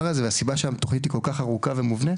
הזה והסיבה שהתכונית כל כך טובה ומובנית.